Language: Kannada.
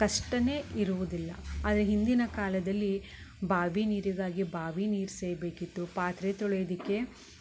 ಕಷ್ಟನೆ ಇರುವುದಿಲ್ಲ ಆದರೆ ಹಿಂದಿನ ಕಾಲದಲ್ಲಿ ಬಾವಿ ನೀರಿಗಾಗಿ ಬಾವಿ ನೀರು ಸೇದಬೇಕಿತ್ತು ಪಾತ್ರೆ ತೊಳೆಯೋದಕ್ಕೆ